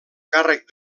càrrec